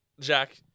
Jack